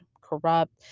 corrupt